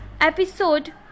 episode